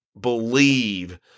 believe